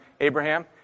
Abraham